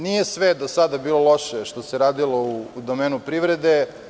Nije sve do sada bilo loše što se radilo u domenu privrede.